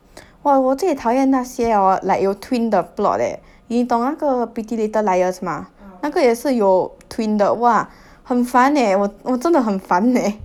!wah! 我最讨厌那些 orh like your twin 的 plot eh 你懂那个 pretty little liars 吗那个也是有 twin 的 !wah! 很烦 eh 我我真的很烦 eh